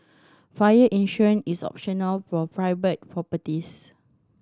fire insurance is optional for private properties